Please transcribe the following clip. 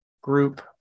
group